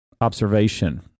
observation